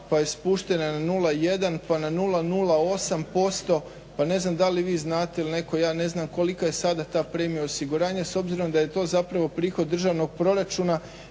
pa je spuštena na 0,1 pa na 0,08% pa ne znam da li vi znate ili netko ja ne znam kolika je sada ta premija osiguranja s obzirom da je to prihod državnog proračuna.